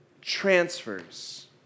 transfers